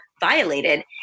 violated